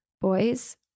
boys